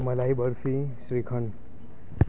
મલાઈ barfi shrikhand